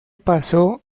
pasó